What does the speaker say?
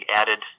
added